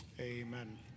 Amen